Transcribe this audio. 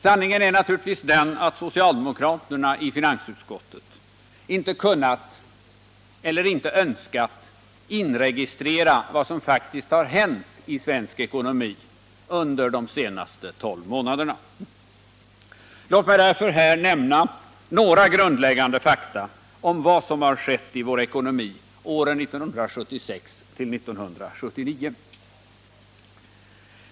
Sanningen är naturligtvis den att socialdemokraterna i finansutskottet inte har kunnat eller inte önskat inregistrera vad som har hänt under de senaste tolv månaderna. Låt mig därför nämna några grundläggande fakta om vad som har hänt i svensk ekonomi under åren 1976 till 1979.